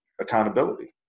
accountability